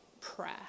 prayer